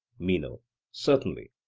meno certainly.